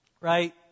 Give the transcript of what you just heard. right